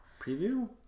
Preview